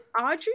Audrey